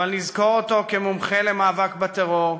אבל נזכור אותו כמומחה למאבק בטרור,